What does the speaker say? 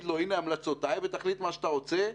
לו "הנה המלצותיי ותחליט מה שאתה רוצה"